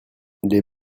les